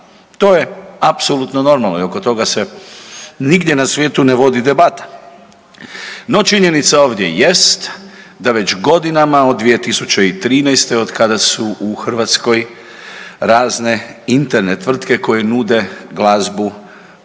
To je apsolutno normalno i oko toga se nigdje na svijetu ne vodi debata. No činjenica ovdje jest da već godinama od 2013. od kada su u Hrvatskoj razne interne tvrtke koje nude glazbu koju